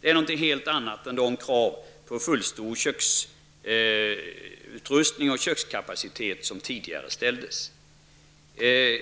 Detta är någonting helt annat än de krav på fullstor köksutrustning och kökskapacitet som tidigare ställdes. Det